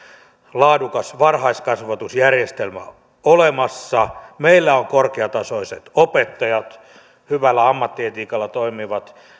laadukas varhaiskasvatusjärjestelmä olemassa meillä on korkeatasoiset opettajat hyvällä ammattietiikalla toimivat